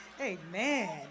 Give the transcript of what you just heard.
amen